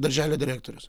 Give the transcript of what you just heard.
darželio direktorius